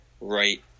right